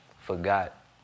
forgot